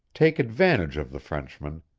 take advantage of the frenchman,